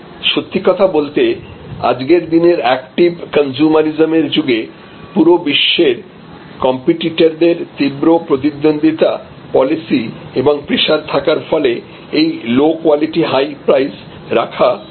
সত্যি কথা বলতে আজকের দিনের অ্যাক্টিভ কনজুমারইজমের যুগে পুরো বিশ্বের কম্পিটিটরদের তীব্র প্রতিদ্বন্দ্বিতা পলিসি এবং প্রেসার থাকার ফলে এই লো কোয়ালিটি হাই প্রাইস রাখা সম্ভব নয়